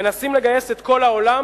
מנסים לגייס את כל העולם